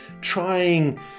trying